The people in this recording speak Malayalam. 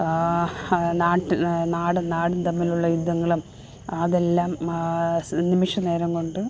നാട്ട് നാടും നാടും തമ്മിലുള്ള യുദ്ധങ്ങളും അതെല്ലാം സ് നിമിഷനേരം കൊണ്ട്